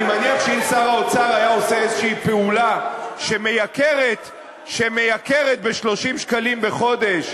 אני מניח שאם שר האוצר היה עושה פעולה כלשהי שמייקרת ב-30 שקלים בחודש,